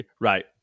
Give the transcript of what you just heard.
right